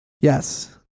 Yes